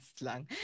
lang